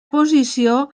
posició